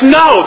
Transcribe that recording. no